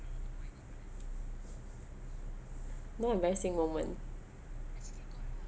no embarrassing moment